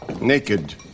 Naked